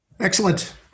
Excellent